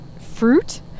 fruit